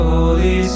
Holy